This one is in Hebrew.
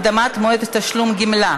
הקדמת מועד תשלום גמלה),